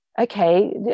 Okay